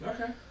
Okay